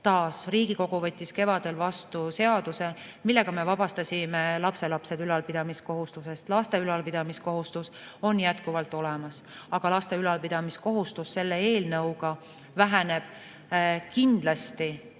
Taas, Riigikogu võttis kevadel vastu seaduse, millega me vabastasime lapselapsed ülalpidamiskohustusest. Lastel on ülalpidamiskohustus jätkuvalt olemas, aga nendele pandud ülalpidamiskohustus selle eelnõuga väheneb kindlasti